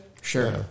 Sure